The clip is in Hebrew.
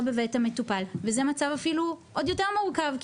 בבית המטופל וזה מצב אפילו עוד יותר מורכב,